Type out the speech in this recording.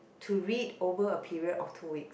to read over a period of two weeks